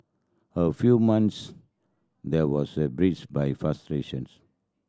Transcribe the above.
a few months there was a by frustrations